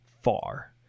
far